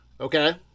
okay